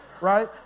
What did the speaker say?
right